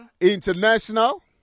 International